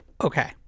okay